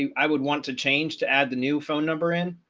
yeah i would want to change to add the new phone number in.